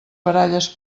baralles